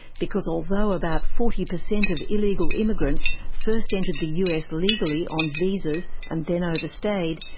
because although about forty percent of illegal immigrants first entered the us legally on visas and then overstayed,